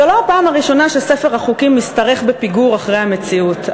אין זו הפעם הראשונה שספר החוקים משתרך בפיגור אחרי המציאות,